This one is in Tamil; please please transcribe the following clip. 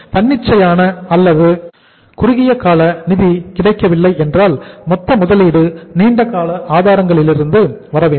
தன்னிச்சையான அல்லது குறுகிய கால நிதி கிடைக்கவில்லை என்றால் மொத்த முதலீடு நீண்ட கால ஆதாரங்களிலிருந்து வரவேண்டும்